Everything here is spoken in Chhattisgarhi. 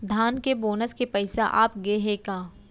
धान के बोनस के पइसा आप गे हे का?